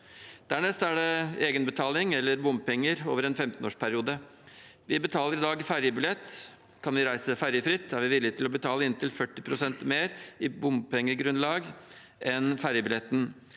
Dernest er det egenbetaling eller bompenger over en 15-årsperiode. Vi betaler i dag ferjebillett. Kan vi reise ferjefritt, er vi villig til å betale inntil 40 pst. mer i bompengegrunnlag enn ferjebilletten.